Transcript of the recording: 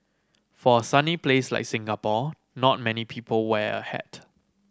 for a sunny place like Singapore not many people wear a hat